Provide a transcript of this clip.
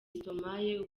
stromae